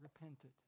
repented